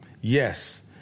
Yes